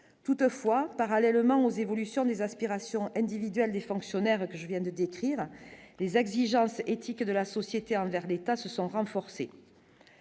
toutefois, parallèlement aux évolutions des aspirations individuelles des fonctionnaires que je viens de décrire. Les exigences éthiques de la société envers l'État se sont renforcées